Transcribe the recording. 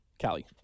Callie